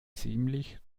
ziemlich